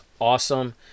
awesome